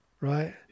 right